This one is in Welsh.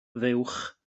fuwch